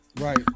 right